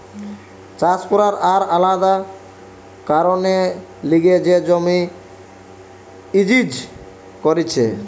চাষ করবার আর আলাদা কারণের লিগে যে জমি ইউজ করতিছে